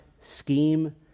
scheme